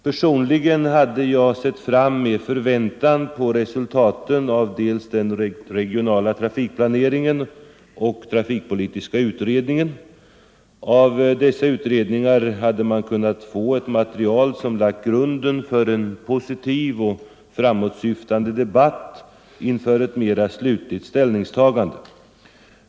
Personligen hade jag sett fram med förväntan mot resultaten av den regionala trafikplaneringen och trafikpolitiska utredningen. Av dessa utredningar hade man kunnat få ett material som lagt grunden för en positiv och framåtsyftande debatt inför ett mera slutligt ställningstagande.